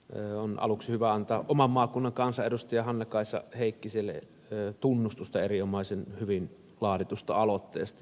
aluksi on hyvä antaa oman maakunnan kansanedustajalle hannakaisa heikkiselle tunnustusta erinomaisen hyvin laaditusta aloitteesta